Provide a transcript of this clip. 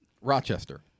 Rochester